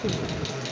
ହୁଁ